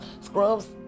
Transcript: Scrubs